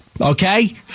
okay